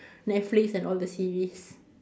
Netflix and all the series